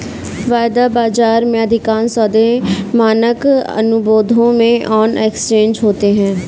वायदा बाजार में, अधिकांश सौदे मानक अनुबंधों में ऑन एक्सचेंज होते हैं